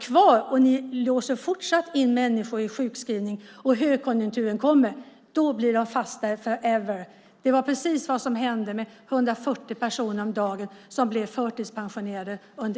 Om de låses fast och blir kvar i sjukskrivning och högkonjunkturen kommer blir de fast där for ever . Det var precis det som hände under er tid då 140 personer om dagen blev förtidspensionerade.